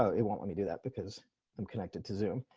so it won't let me do that because i'm connected to zoom